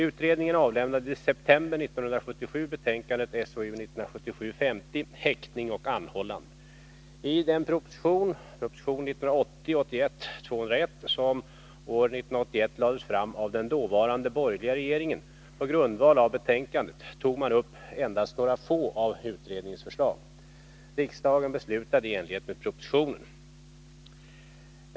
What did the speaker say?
Utredningen avlämnade i september 1977 betänkandet Häktning och anhållande. I den proposition .